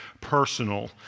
personal